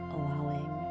Allowing